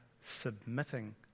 submitting